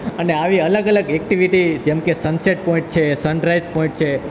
અને આવી અલગ અલગ એકટીવીટી જેમ કે સન સેટ પોઈન્ટ છે સન રાઈસ પોઈન્ટ છે